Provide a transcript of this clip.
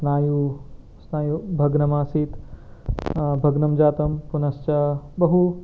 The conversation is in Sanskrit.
स्नायु स्नायुः भग्नमासीत् भग्नं जातं पुनश्च बहु